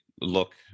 look